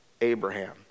Abraham